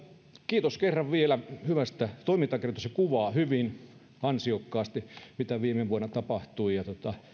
kiitos kerran vielä hyvästä toimintakertomuksesta se kuvaa hyvin ansiokkaasti mitä viime vuonna tapahtui